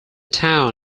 town